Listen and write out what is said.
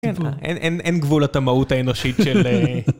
אין גבול. אין גבול לטמאות האנושית של...